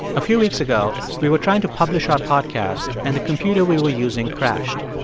a few weeks ago, we were trying to publish our podcast and the computer we were using crashed.